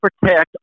protect